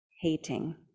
hating